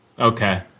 okay